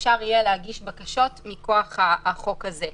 אפשר יהיה להגיש בקשות מכוח החוק הזה.